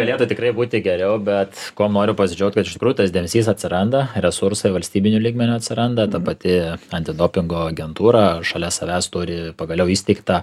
galėtų tikrai būti geriau bet kuo noriu pasidžiaugt kad iš tikrųjų tas dėmesys atsiranda resursai valstybiniu lygmeniu atsiranda ta pati antidopingo agentūra šalia savęs turi pagaliau įsteigtą